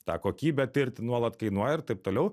tą kokybę tirti nuolat kainuoja ir taip toliau